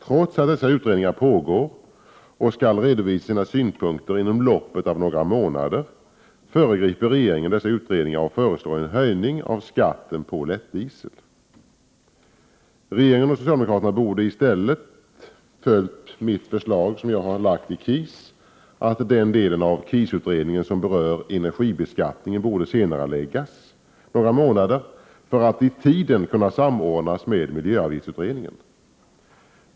Trots att dessa utredningar pågår och skall redovisa sina synpunkter inom loppet av några månader föregriper regeringen dem och föreslår en höjning av skatten på lättdiesel. Regeringen och socialdemokraterna borde i stället ha följt det förslag som jag har lagt fram i KIS, att den del av KIS-utredningen som berör energibeskattningen borde senareläggas några månader för att i tiden kunna samordnas med miljöavgiftsutredningen.